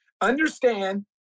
Understand